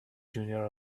junior